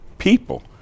People